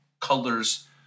colors